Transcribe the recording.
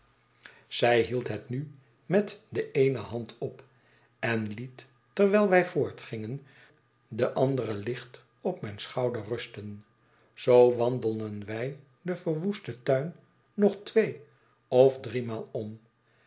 zij hield het nu met de eene hand op enliet terwijl wij voortgingen de andere licht op mijn schouder rusten zoo wandelden wij den verwoesten tuin nog twee of driemaal om